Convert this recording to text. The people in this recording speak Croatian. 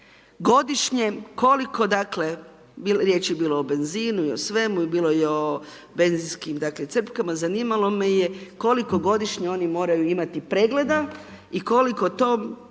godišnje koliko dakle, riječ je bilo o benzinu i o svemu i bilo je o benzinskim crpkama, zanimalo me koliko godišnje oni moraju imati pregleda i koliko to,